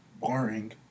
boring